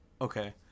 okay